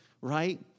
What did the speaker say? right